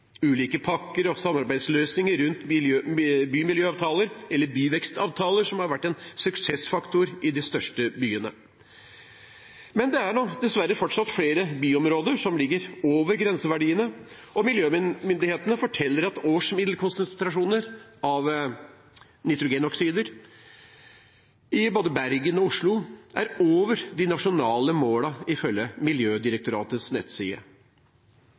ulike pakker og samarbeidsløsninger rundt bymiljøavtaler eller byvekstavtaler, noe som har vært en suksessfaktor i de største byene. Men det er dessverre fortsatt flere byområder som ligger over grenseverdiene, og miljømyndighetene forteller at årsmiddelkonsentrasjoner av nitrogenoksider i både Bergen og Oslo er over de nasjonale målene, ifølge Miljødirektoratets nettside.